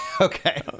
Okay